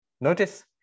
Notice